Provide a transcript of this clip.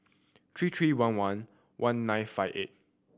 three three one one one nine five eight